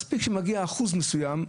מספיק שמגיע אחוז מסוים,